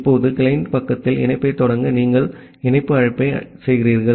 இப்போது கிளையன்ட் பக்கத்தில் இணைப்பைத் தொடங்க நீங்கள் ஒரு இணைப்பு அழைப்பை செய்கிறீர்கள்